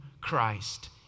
Christ